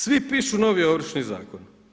Svi pišu novi Ovršni zakon.